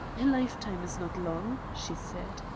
a lifetime is not long, she said,